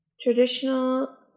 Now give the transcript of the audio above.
Traditional